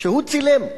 שהוא צילם,